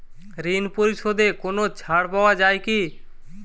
ঋণ পরিশধে কোনো ছাড় পাওয়া যায় কি?